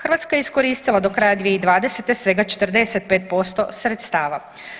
Hrvatska je iskoristila do kraja 2020. svega 45% sredstava.